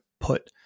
put